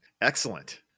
Excellent